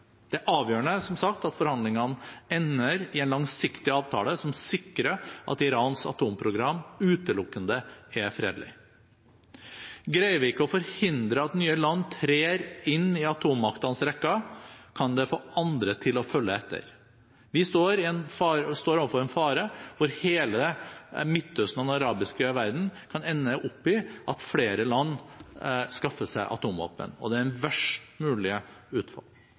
Det er avgjørende, som sagt, at forhandlingene ender i en langsiktig avtale som sikrer at Irans atomprogram utelukkende er fredelig. Greier vi ikke å forhindre at nye land trer inn i atommaktenes rekker, kan det få andre til å følge etter. Vi står overfor en fare hvor hele Midtøsten og den arabiske verden kan ende opp med at flere land skaffer seg atomvåpen, og det er det verst mulige